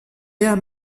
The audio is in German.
der